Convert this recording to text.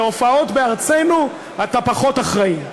בהופעות בארצנו אתה פחות אחראי.